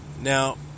now